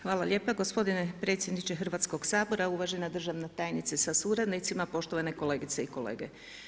Hvala lijepa gospodine predsjedniče Hrvatskog sabora, uvažena državna tajnice sa suradnicima, poštovane kolegice i kolege.